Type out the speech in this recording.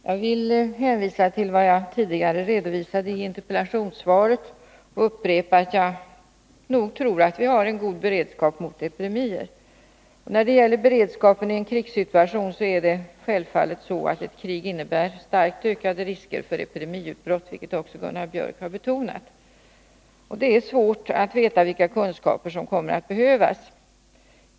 Herr talman! Jag vill hänvisa till vad jag tidigare redovisade i interpellationssvaret och upprepa att jag nog anser att vi har en god beredskap mot epidemier. När det gäller beredskapen i en krigssituation är det självfallet så att ett krig innebär starkt ökade risker för epidemiutbrott — vilket Gunnar Biörck också har betonat — och det är svårt att veta vilka kunskaper som kommer att behövas.